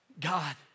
God